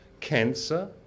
Cancer